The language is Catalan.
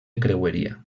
creueria